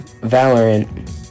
Valorant